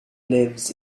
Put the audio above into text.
lives